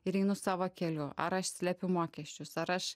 ir einu savo keliu ar aš slepiu mokesčius ar aš